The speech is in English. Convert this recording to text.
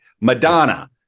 Madonna